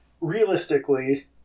realistically